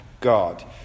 God